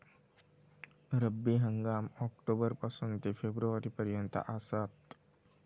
रब्बी हंगाम ऑक्टोबर पासून ते फेब्रुवारी पर्यंत आसात